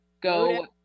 go